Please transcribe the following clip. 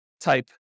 type